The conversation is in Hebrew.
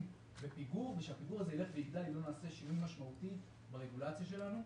בפיגור שילך ויגדל אם לא נעשה שינוי ברגולציה שלנו,